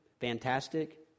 fantastic